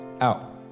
out